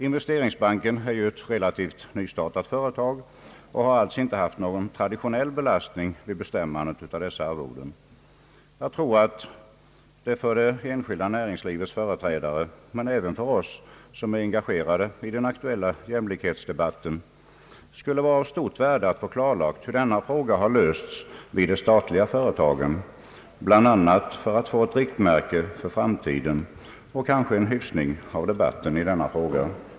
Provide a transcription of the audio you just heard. Investeringsbanken är ju ett relativt nystartat företag och har alltså inte haft någon traditionell belastning vid bestämmandet av dessa arvoden. För det enskilda näringslivets företrädare men även för oss som är engagerade i den aktuella jämlikhetsdebatten tror jag det skulle vara av stort värde att få klar lagt hur denna fråga lösts vid de statliga företagen, bl.a. för att få ett riktmärke för framtiden och kanske en hyfsning av debatten i den här frågan.